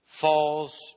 falls